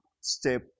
step